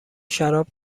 شراب